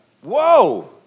Whoa